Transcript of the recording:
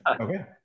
Okay